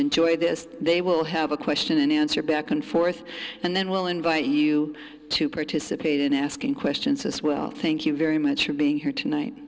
enjoy this they will have a question and answer back and forth and then we'll invite you to participate in asking questions as well thank you very much for being here tonight